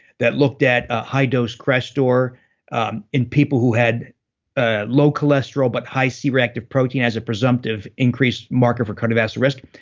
that looked at a high-dose crestor um in people who had ah low cholesterol, but high c-reactive protein as a presumptive increased marker for cardiovascular risk,